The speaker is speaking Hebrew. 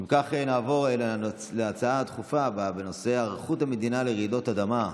אם כך נעבור להצעות דחופות בנושא: היערכות המדינה לרעידות אדמה,